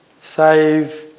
save